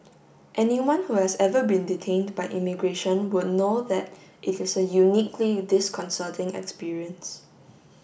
anyone who has ever been detained by immigration would know that it is a uniquely disconcerting experience